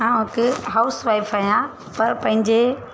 मां हिकु हाउसफाइफ आहियां पर पंहिंजे